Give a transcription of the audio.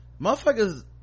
motherfuckers